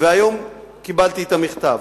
והיום קיבלתי את המכתב.